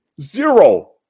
zero